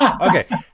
Okay